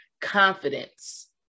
confidence